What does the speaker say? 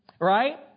right